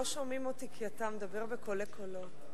לא שומעים אותי כי אתה מדבר בקולי קולות.